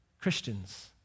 Christians